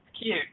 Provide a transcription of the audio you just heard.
cute